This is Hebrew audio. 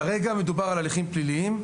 כרגע מדובר על הליכים פליליים,